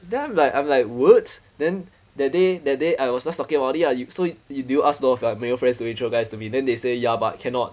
then I'm like I'm like what then that day that day I was just talking about it ah you so you did you ask a lot of your male friends to intro guys to me then they say ya but cannot